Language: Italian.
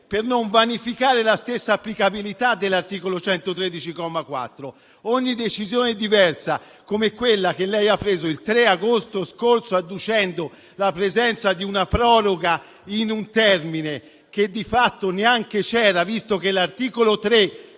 per non vanificare la stessa applicabilità dell'articolo 113, comma 4. È una decisione diversa, quella che lei ha preso il 3 agosto scorso, adducendo la presenza di una proroga di un termine che di fatto neanche c'era, visto che l'articolo 3,